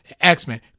X-Men